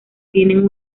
tienen